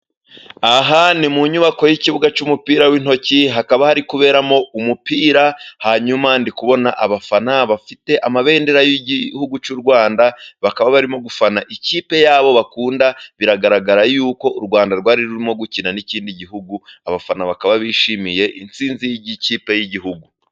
Aha ni mu nyubako y'ikibuga cy'umupira w'intoki. Hakaba hari kuberamo umupira, hanyuma ndi kubona abafana bafite amabendera y'igihugu cy’u Rwanda, bakaba barimo gufana ikipe yabo bakunda. Biragaragara ko u Rwanda rwari rurimo gukina n'ikindi gihugu, abafana bakaba bishimiye intsinzi y'ikipe y'igihugu.